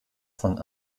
von